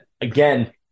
again